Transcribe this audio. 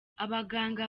abaganga